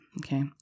Okay